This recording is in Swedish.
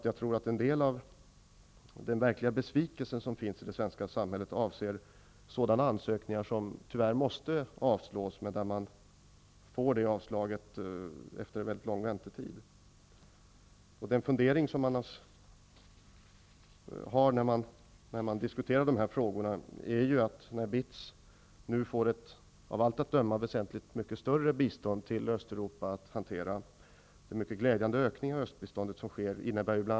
Jag tror att en del av besvikelsen i det svenska samhället avser sådana ansökningar som tyvärr måste avslås, men där avslaget kommer efter mycket lång väntetid. BITS kommer nu av allt att döma att få ett väsentligt större bistånd till Östeuropa att hantera. Det sker en mycket glädjande ökning av östbiståndet.